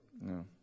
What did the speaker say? No